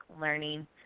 learning